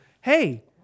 Hey